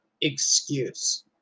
excuse